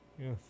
Yes